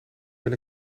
ben